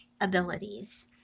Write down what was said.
abilities